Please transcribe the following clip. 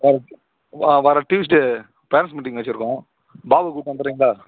வர்ற வர்ற Tuesday parents meeting வச்சுருக்கோம் பாபு கூப்பிட்டு வந்துடுறீங்களா